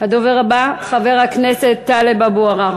הדובר הבא, חבר הכנסת טלב אבו עראר.